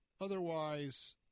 otherwise